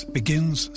begins